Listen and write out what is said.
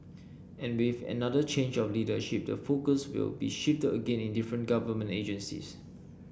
and with another change of leadership the focus will be shifted again in different government agencies